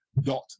dot